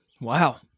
Wow